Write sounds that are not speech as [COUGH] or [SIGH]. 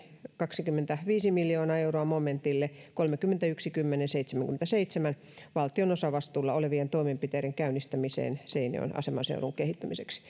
kaksikymmentäviisi miljoonaa euroa momentille kolmekymmentäyksi kymmenen seitsemänkymmentäseitsemän valtion osavastuulla olevien toimenpiteiden käynnistämiseen seinäjoen asemanseudun kehittämiseksi [UNINTELLIGIBLE]